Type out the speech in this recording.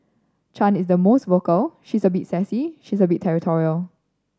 Chan is the most vocal she's a bit sassy she's a bit territorial